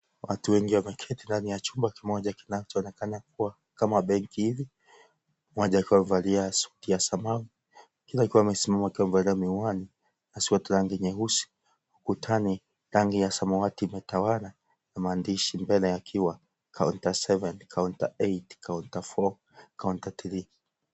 Watu wengi wameketi katika chumba kimoja ,kinachoonekana kuwa kama benki hivi . Mmoja akiwa amevaa suti ya samawati ,mwingine akiwa amesimama amevaa miwani na sweta ya rangi nyeusi . Ukutani , rangi ya samawati imetawala ,na maandishi mbele yakiwa ; counter 7, counter 8,counter 4 , counter 3 .